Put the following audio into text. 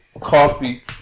coffee